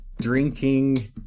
drinking